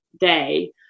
day